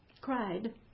cried